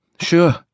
Sure